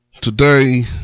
Today